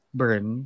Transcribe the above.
burn